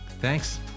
Thanks